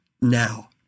now